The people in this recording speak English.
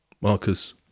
Marcus